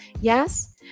Yes